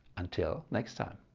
until next time